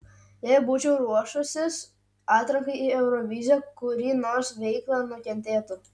jei būčiau ruošusis atrankai į euroviziją kuri nors veikla nukentėtų